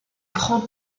prend